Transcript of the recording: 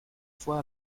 fois